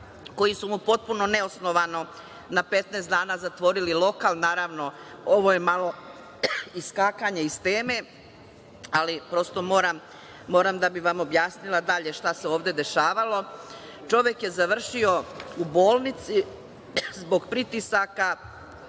koji su mu potpuno neosnovano na 15 dana zatvorili lokal. Naravno, ovo je malo iskakanje iz teme, ali prosto moram da bi vam objasnila dalje šta se ovde dešavalo. Čovek je završio u bolnici zbog pritisaka,